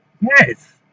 Yes